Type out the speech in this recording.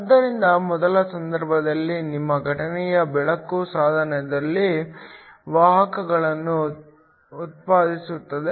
ಆದ್ದರಿಂದ ಮೊದಲ ಸಂದರ್ಭದಲ್ಲಿ ನಿಮ್ಮ ಘಟನೆಯ ಬೆಳಕು ಸಾಧನದಲ್ಲಿ ವಾಹಕಗಳನ್ನು ಉತ್ಪಾದಿಸುತ್ತದೆ